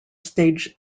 stage